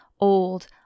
old